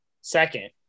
second